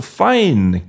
fine